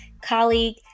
colleague